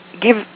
give